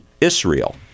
Israel